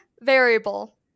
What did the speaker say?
variable